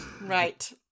right